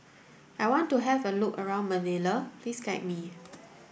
I want to have a look around Manila please guide me